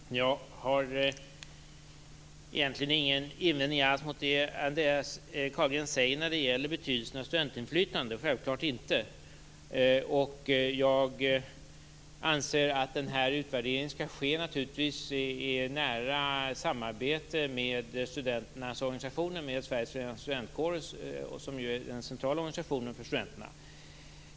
Fru talman! Jag har egentligen ingen invändning alls mot det Andreas Carlgren säger om betydelsen av studentinflytande, självklart inte. Jag anser att den här utvärderingen naturligtvis skall ske i nära samarbete med studenternas organisationer, med Sveriges Förenade Studentkårer, som är den centrala organisationen för studenterna.